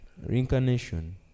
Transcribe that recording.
Reincarnation